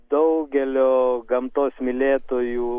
daugelio gamtos mylėtojų